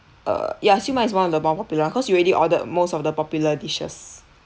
err ya siu mai is one of the more popular cause you already ordered most of the popular dishes